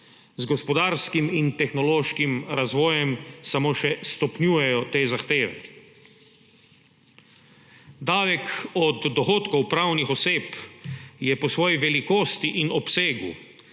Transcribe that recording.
Z gospodarskim in tehnološkim razvojem samo še stopnjujejo te zahteve. Davek od dohodkov pravnih oseb je po svoji velikosti in obsegu